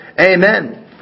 Amen